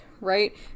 right